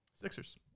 Sixers